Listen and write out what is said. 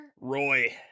Roy